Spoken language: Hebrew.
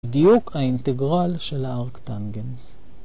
בדיוק האינטגרל של הארקטנגנס.